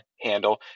handle